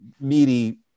meaty